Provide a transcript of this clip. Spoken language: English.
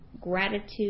gratitude